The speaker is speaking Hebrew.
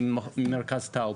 אני ממרכז טאוב.